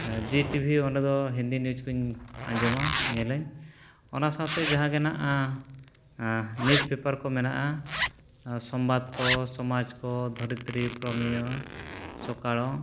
ᱡᱤ TV ᱚᱸᱰᱮ ᱫᱚ Hindi news ᱠᱚᱧ ᱟᱡᱚᱢᱟᱧ ᱧᱮᱞᱟᱧ ᱚᱱᱟ ᱥᱟᱶᱛᱮ ᱡᱟᱦᱟᱸ ᱜᱮ ᱦᱮᱱᱟᱜᱼᱟ ᱱᱩᱭᱩᱡᱽ ᱯᱮᱯᱟᱨ ᱠᱚ ᱢᱮᱱᱟᱜᱼᱟ ᱥᱚᱝᱵᱟᱫ ᱠᱚ ᱥᱚᱢᱟᱡᱽ ᱠᱚ ᱫᱷᱚᱨᱛᱨᱤ ᱯᱨᱚᱢᱤᱭᱳ ᱥᱚᱠᱟᱲᱚ